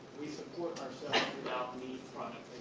we support ourselves without meat